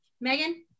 Megan